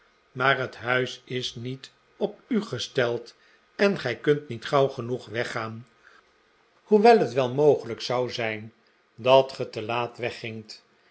maar het huis is niet op u gesteld en gij kunt niet gauw genoeg weggaan hoewel het wel mogelijk zou zijn dat ge te laat weggingt